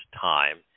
time